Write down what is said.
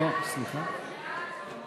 ההסתייגות הראשונה של קבוצת סיעת מרצ